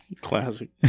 classic